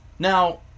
Now